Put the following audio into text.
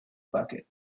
bucket